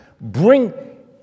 bring